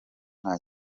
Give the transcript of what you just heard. nta